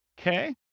Okay